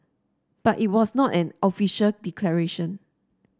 but it was not an official declaration